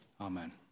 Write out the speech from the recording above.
Amen